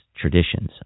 traditions